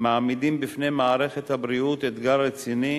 מעמידים בפני מערכת הבריאות אתגר רציני